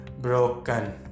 broken